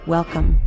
Welcome